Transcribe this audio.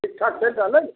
ठीक ठाक चैल रहलै ने